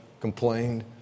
complained